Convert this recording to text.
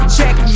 Check